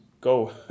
go